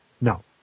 no